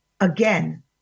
Again